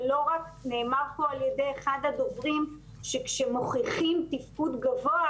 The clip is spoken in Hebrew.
ולא רק נאמר פה על ידי אחד הדוברים שכשמוכיחים תפקוד גבוה